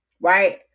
right